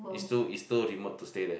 is too is too remote to stay there